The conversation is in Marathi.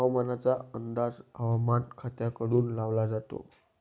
हवामानाचा अंदाज हवामान खात्याकडून लावला जातो